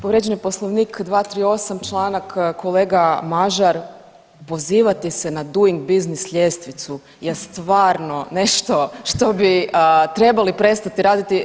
Povrijeđen je Poslovnik, 238 čl., kolega Mažar, pozivate se na Doing business ljestvicu je stvarno nešto što bi trebali prestati raditi.